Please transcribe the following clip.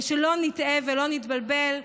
ושלא נטעה ולא נתבלבל: